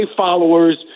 followers